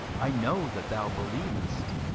i know that thou believest.